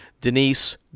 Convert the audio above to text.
Denise